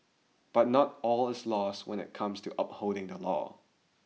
but not all is lost when it comes to upholding the law